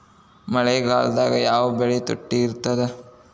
ಮಳೆಗಾಲದಾಗ ಯಾವ ಬೆಳಿ ತುಟ್ಟಿ ಇರ್ತದ?